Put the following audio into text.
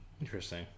Interesting